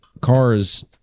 cars